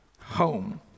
home